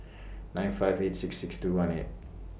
nine five eight six six two one eight